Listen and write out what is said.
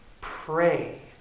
Pray